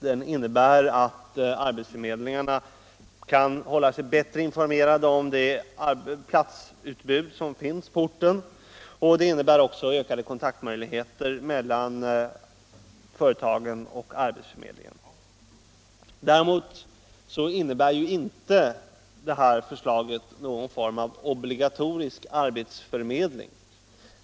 Den innebär att arbetsförmedlingarna kan hålla sig bättre informerade om det platsutbud som finns på orten, och den betyder också ökade möjligheter till kontakt mellan företagen och arbetsförmedlingen. Däremot innebär inte förslaget någon form av obligatorisk arbetsförmedling.